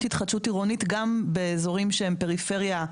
התחדשות עירונית גם באזורים שהם פריפריה,